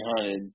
hunted